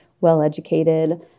well-educated